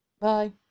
Bye